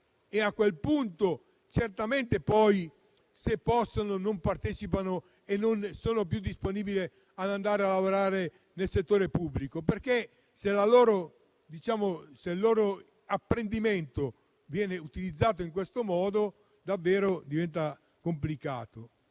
che a quel punto, certamente, se possono, non partecipano e non sono più disponibili ad andare a lavorare nel settore pubblico. Se la loro formazione viene utilizzata in siffatto modo, davvero diventa complicato.